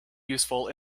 useful